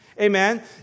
Amen